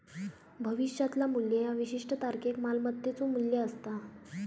भविष्यातला मू्ल्य ह्या विशिष्ट तारखेक मालमत्तेचो मू्ल्य असता